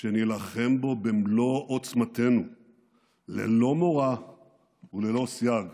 שנילחם בו במלוא עוצמתנו ללא מורא וללא סייג.